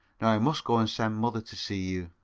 now i must go and send mother to see you